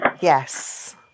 yes